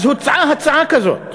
אז, הוצעה הצעה כזאת.